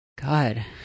God